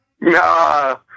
No